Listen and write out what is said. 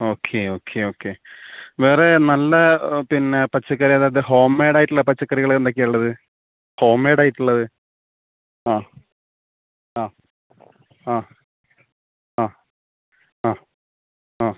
okay okay okay വേറെ നല്ല പിന്നെ പച്ചക്കറി അല്ലാതെ ഹോം മേയ്ടായിട്ടുള്ള പച്ചക്കറി എന്തൊക്കെയായുള്ളത് ഹോം മേയ്ടായിട്ടുള്ളത് ആ ആ ആ ആ ആ ആ